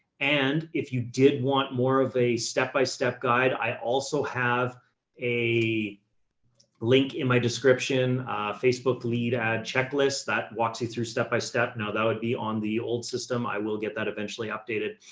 and if you did want more of a step by step guide, i also have a link in my description, a facebook lead ad checklist that walks you through step by step. now that would be on the old system. i will get that eventually updated,